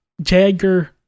jagger